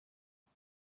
für